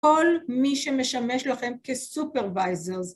כל מי שמשמש לכם כ-supervisors.